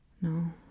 No